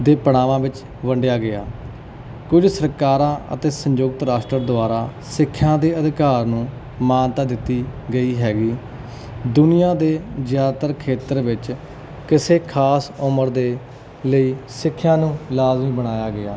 ਦੇ ਪੜਾਵਾਂ ਵਿੱਚ ਵੰਡਿਆ ਗਿਆ ਕੁਝ ਸਰਕਾਰਾਂ ਅਤੇ ਸੰਯੁਕਤ ਰਾਸ਼ਟਰ ਦੁਆਰਾ ਸਿੱਖਿਆ ਦੇ ਅਧਿਕਾਰ ਨੂੰ ਮਾਨਤਾ ਦਿੱਤੀ ਗਈ ਹੈਗੀ ਦੁਨੀਆਂ ਦੇ ਜ਼ਿਆਦਾਤਰ ਖੇਤਰ ਵਿੱਚ ਕਿਸੇ ਖਾਸ ਉਮਰ ਦੇ ਲਈ ਸਿੱਖਿਆ ਨੂੰ ਲਾਜ਼ਮੀ ਬਣਾਇਆ ਗਿਆ